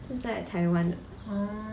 是在台湾的